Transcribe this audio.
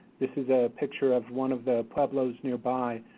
this is a picture of one of the pueblos nearby,